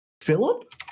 Philip